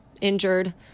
injured